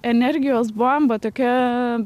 energijos bomba tokia